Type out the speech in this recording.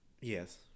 Yes